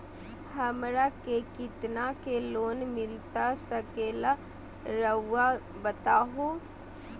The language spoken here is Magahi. हमरा के कितना के लोन मिलता सके ला रायुआ बताहो?